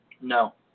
No